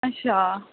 अच्छा